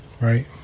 right